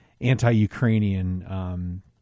Anti-Ukrainian